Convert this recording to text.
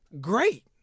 great